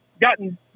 gotten